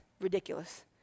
ridiculous